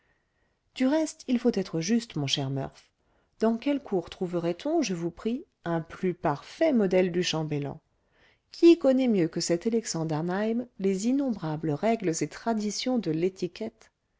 du reste il faut être juste mon cher murph dans quelle cour trouverait-on je vous prie un plus parfait modèle du chambellan qui connaît mieux que cet excellent d'harneim les innombrables règles et traditions de l'étiquette